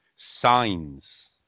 Signs